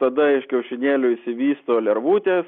tada iš kiaušinėlių išsivysto lervutės